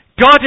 God